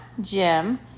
Jim